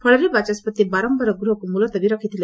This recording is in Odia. ଫଳରେ ବାଚ ବାରମ୍ଭାର ଗୃହକୁ ମୁଲତବୀ ରଖିଥିଲେ